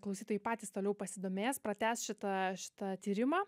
klausytojai patys toliau pasidomės pratęs šitą šitą tyrimą